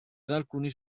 alcuni